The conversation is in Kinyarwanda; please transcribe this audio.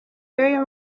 y’uyu